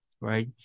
right